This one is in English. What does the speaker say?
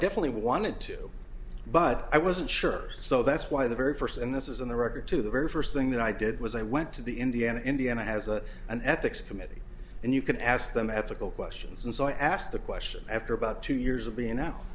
definitely wanted to but i wasn't sure so that's why the very first and this is in the record to the very first thing that i did was i went to the indiana indiana has a an ethics committee and you can ask them ethical questions and so i asked the question after about two years of being now